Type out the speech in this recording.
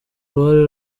ruhare